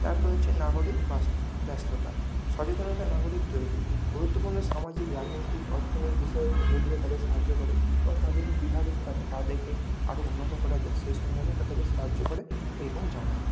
তারপরে হচ্ছে নাগরিক ব্যস্ততা সচেতনতা নাগরিক তৈরি গুরুত্বপূর্ণ সামাজিক গ্রামে একটি অর্থনৈতিক বিষয়ে মিডিয়া তাদের সাহায্য করে এবং তাদেরকে কীভাবে তাদেকে আরও উন্নত করা যায় সে সম্বন্ধে তাদেরকে সাহায্য করে ও এবং জানায়